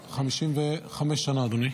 55 שנה אדוני,